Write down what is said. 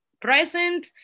present